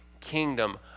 kingdom